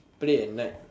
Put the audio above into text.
play at night